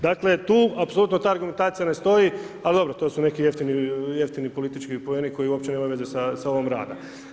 Dakle, tu apsolutno ta argumentacija ne stoji ali dobro, to su neki jeftini politički poeni koji uopće nemaju veze sa ovim radom.